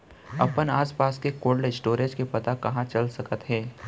अपन आसपास के कोल्ड स्टोरेज के पता कहाँ चल सकत हे?